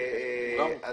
אני